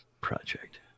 project